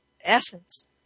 essence